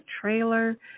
trailer